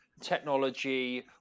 technology